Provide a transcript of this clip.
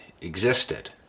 existed